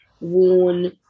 worn